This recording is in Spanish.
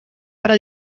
para